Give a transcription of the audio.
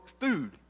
food